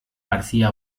garcía